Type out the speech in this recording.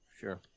Sure